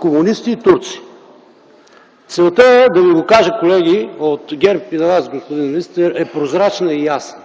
комунисти и турци. Целта, да ви го кажа, колеги от ГЕРБ, и на Вас, господин министър, е прозрачна и ясна.